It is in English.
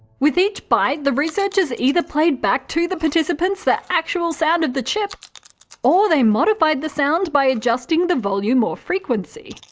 with each bite, the researchers either played back to the participants the actual sound of the chip or modified the sound by adjusting the volume or frequency.